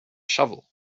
shovel